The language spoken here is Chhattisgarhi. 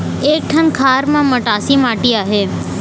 एक ठन खार म मटासी माटी आहे?